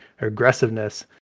aggressiveness